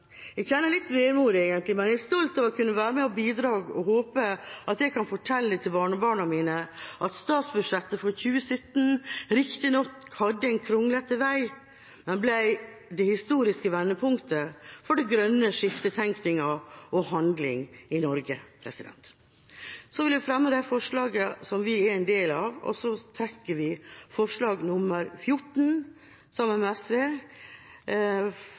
Jeg kjenner egentlig på litt vemod, men jeg er stolt av å ha vært med og bidra, og håper jeg kan fortelle mine barnebarn at statsbudsjettet for 2017 riktignok hadde en kronglete vei, men ble det historiske vendepunktet for grønt-skifte-tenkningen og -handlingen i Norge. Så vil jeg melde at vi ikke fremmer forslag nr. 14, som vi står sammen med Senterpartiet, SV